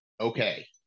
okay